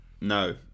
No